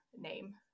name